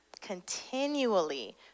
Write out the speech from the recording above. continually